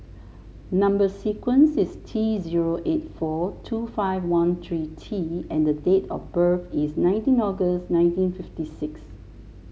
number sequence is T zero eight four two five one three T and date of birth is nineteen August nineteen fifty six